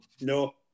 No